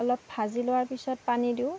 অলপ ভাজি লোৱাৰ পিছত পানী দিওঁ